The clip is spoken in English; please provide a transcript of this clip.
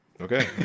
Okay